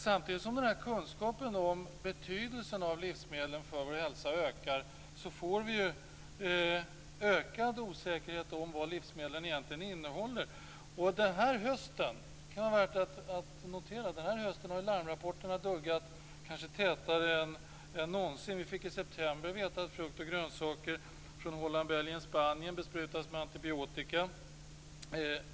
Samtidigt som denna kunskap om betydelsen av livsmedlen för vår hälsa ökar får vi ökad osäkerhet om vad livsmedlen egentligen innehåller. Och under denna höst - det kan vara värt att notera - har larmrapporterna duggat kanske tätare än någonsin. Vi fick i september veta att frukt och grönsaker från Holland, Belgien och Spanien besprutas med antibiotika.